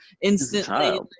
instantly